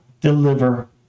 deliver